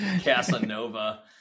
Casanova